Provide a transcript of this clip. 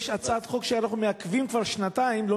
יש הצעת חוק שאנחנו מעכבים כבר שנתיים ולא